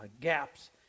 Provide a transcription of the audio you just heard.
gaps